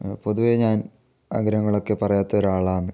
പൊതുവേ ഞാൻ ആഗ്രഹങ്ങൾ ഒക്കെ പറയാത്ത ഒരാളാണ്